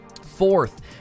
fourth